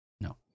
no